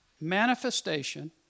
manifestation